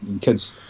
kids